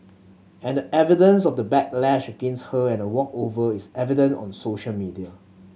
and the evidence of the backlash against her and walkover is evident on social media